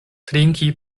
trinki